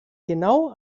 genau